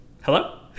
Hello